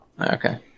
Okay